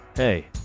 Hey